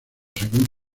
según